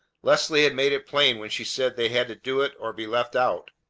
leslie had made it plain when she said they had to do it or be left out.